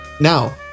now